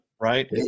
Right